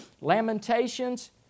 Lamentations